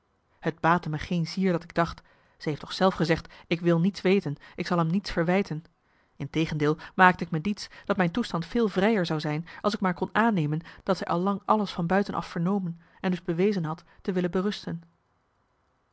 het baatte me geen zier dat ik dacht ze heeft toch zelf gezegd ik wil niets weten ik zal hem niets verwijten integendeel maakte ik me diets dat mijn toestand veel vrijer zou zijn als ik maar kon aannemen dat zij al lang alles van buiten af vernomen en dus bewezen had te willen berusten